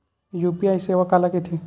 UPI सेवा काला कइथे?